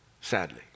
sadly